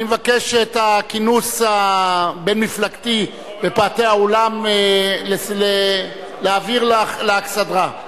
אני מבקש את הכינוס הבין-מפלגתי בפאתי האולם להעביר לאכסדרה.